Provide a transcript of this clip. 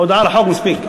הודעה על החוק מספיק.